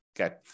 Okay